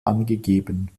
angegeben